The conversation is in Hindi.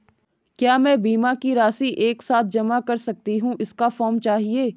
क्या मैं बीमा की राशि एक साथ जमा कर सकती हूँ इसका फॉर्म चाहिए?